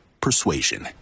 persuasion